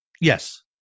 Yes